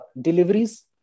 deliveries